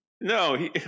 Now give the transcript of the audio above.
No